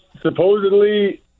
supposedly